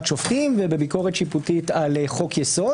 שופטים ובביקורת שיפוטית על חוק-יסוד,